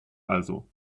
also